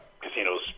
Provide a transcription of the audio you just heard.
casinos